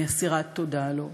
אני אסירת תודה לו.